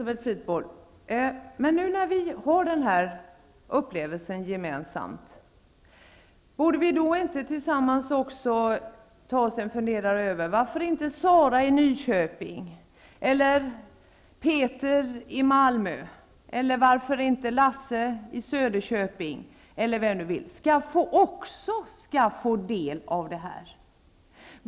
Herr talman! När vi nu har den här upplevelsen gemensam, borde vi inte då också fundera över varför inte Sara i Nyköping, Peter i Malmö eller Lasse i Söderköping skall kunna få del av böckernas värld.